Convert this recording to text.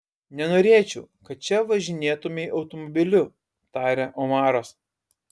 nenorėčiau kad čia važinėtumei automobiliu tarė omaras